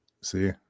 see